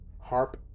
harp